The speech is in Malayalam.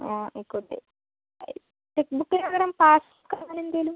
ആ ആയിക്കോട്ടെ ചെക്ക് ബുക്കിനു പകരം പാസ് ബുക്ക് അങ്ങനെ എന്തെങ്കിലും